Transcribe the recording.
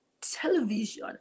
television